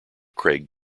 craig